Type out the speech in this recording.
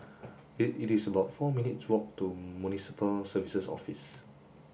it is about four minutes' walk to Municipal Services Office